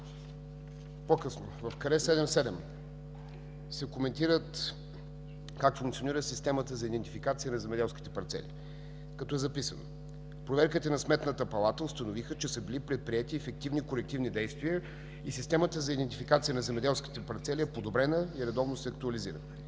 По-късно в каре 7.7 се коментира как функционира системата за идентификация на земеделските парцели, като е записано: „Проверките на Сметната палата установиха, че са били предприети ефективни колективни действия и системата за идентификация на земеделските парцели е подобрена и редовно се актуализира.